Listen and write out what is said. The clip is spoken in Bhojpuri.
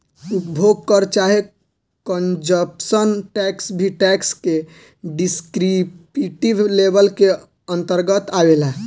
उपभोग कर चाहे कंजप्शन टैक्स भी टैक्स के डिस्क्रिप्टिव लेबल के अंतरगत आवेला